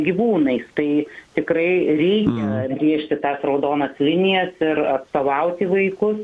gyvūnais tai tikrai reikia brėžti tas raudonas linijas ir atstovauti vaikus